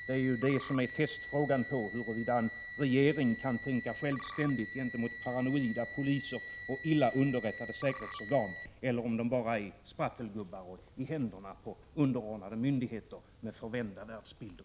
Det är ju det som är testfrågan, huruvida en regering kan tänka självständigt gentemot paranoida poliser och illa underrättade säkerhetsorgan, eller om den bara är sprattelgubbar i händerna på underordnade myndigheter med förvända världsbilder.